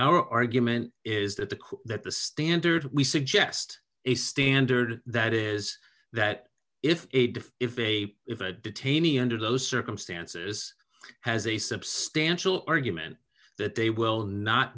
our argument is that the quote that the standard we suggest a standard that is that if a diff if they if a detainee under those circumstances has a substantial argument that they will not